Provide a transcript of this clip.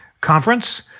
conference